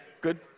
good